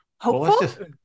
hopeful